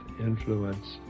influence